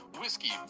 whiskey